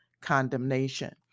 condemnation